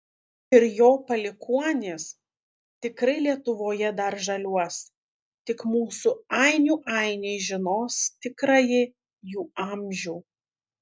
ir jo palikuonys tikrai lietuvoje dar žaliuos tik mūsų ainių ainiai žinos tikrąjį jų amžių